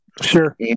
Sure